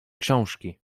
książki